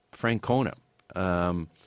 Francona